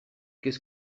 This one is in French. qu’est